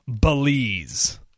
Belize